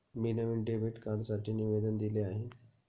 मी नवीन डेबिट कार्डसाठी निवेदन दिले आहे